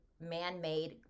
man-made